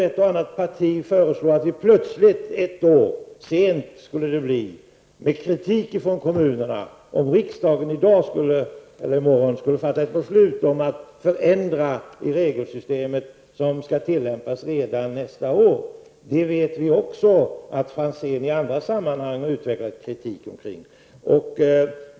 Ett och annat parti föreslår att riksdagen plötsligt, med kritik från kommunerna, i dag eller i morgon skall fatta ett beslut om att förändra i det regelsystem som skall tillämpas redan nästa år. Vi vet att Ivar Franzén i andra sammanhang har riktat kritik mot detta.